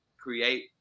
create